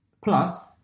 plus